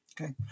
okay